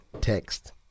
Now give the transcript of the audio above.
text